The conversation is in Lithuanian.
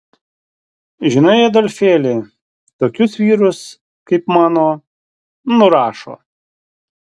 žinai adolfėli tokius vyrus kaip mano nurašo